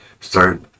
start